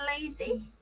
lazy